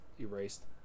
erased